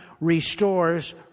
Restores